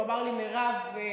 והוא אמר לי: מירב,